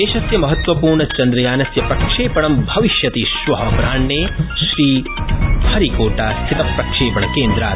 देशस्य महत्वपूर्णचन्द्रयानस्य प्रक्षेपणं भविष्यति श्व अपराह्ने श्रीहरिकोटा स्थितप्रक्षेपणकेन्द्रात्